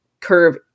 curve